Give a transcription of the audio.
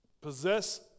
possess